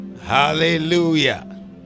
Hallelujah